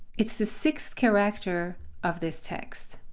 it's the sixth character of this text.